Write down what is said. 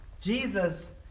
Jesus